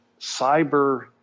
cyber